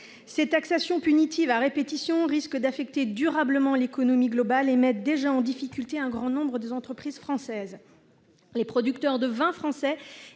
Ces taxations punitives à répétition risquent d'affecter durablement l'économie mondiale et mettent déjà en difficulté un grand nombre des entreprises françaises. Les producteurs de vins français